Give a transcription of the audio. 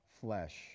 flesh